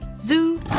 Zoo